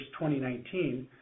2019